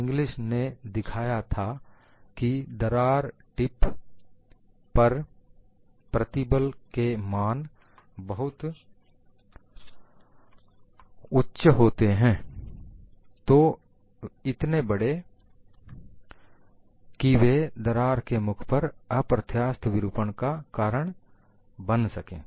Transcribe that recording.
English ने दिखाया था कि दरार टिप्स पर प्रतिबल के मान बहुत उच्च होते हैं तो इतने बड़े की वे दरार के मुख पर अप्रत्यास्थ विरूपण का कारण बन सकें